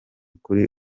kuri